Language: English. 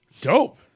Dope